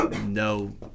no